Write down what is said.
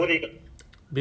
hmm